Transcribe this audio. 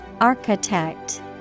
Architect